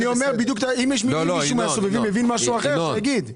אם מישהו מהסובבים הבין משהו אחר, שיגיד.